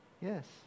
Yes